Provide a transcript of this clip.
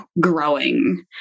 growing